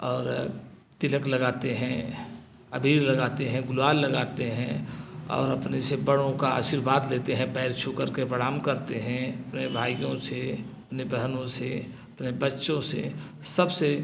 और तिलक लगाते हैं अबीर लगाते हैं गुलाल लगाते हैं और अपने से बड़ों का आशीर्वाद लेते हैं पैर छू करके प्रणाम करते हैं अपने भाइयों से अपने बहनों से अपने बच्चों से सबसे